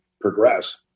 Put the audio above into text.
progress